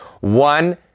one